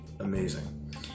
amazing